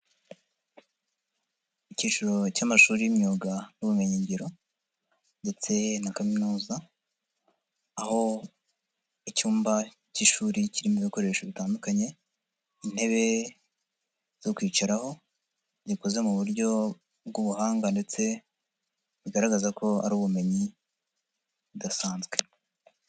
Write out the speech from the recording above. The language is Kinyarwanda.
Icyiciro cy'amashuri y'imyuga n'ubumenyingiro ndetse na kaminuza, aho icyumba cy'ishuri kirimo ibikoresho bitandukanye, intebe zo kwicaraho gikoze mu buryo bw'ubuhanga ndetse bugaragaza ko ari ubumenyi budasanzwe.